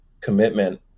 commitment